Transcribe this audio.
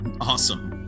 Awesome